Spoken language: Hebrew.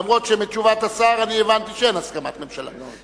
אף-על-פי שמתשובת השר אני הבנתי שאין הסכמת ממשלה.